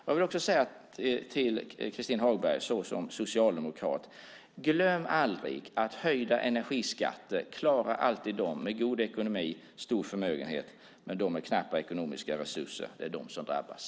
Låt mig säga till Christin Hagberg, som är socialdemokrat: Glöm aldrig att höjda energiskatter klarar alltid de med god ekonomi och stor förmögenhet medan de med knappa ekonomiska resurser alltid är de som drabbas.